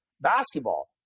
basketball